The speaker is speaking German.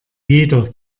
jeder